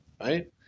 right